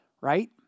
right